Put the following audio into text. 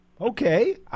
Okay